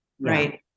right